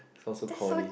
that's so